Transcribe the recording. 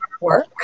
work